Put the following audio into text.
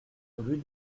rue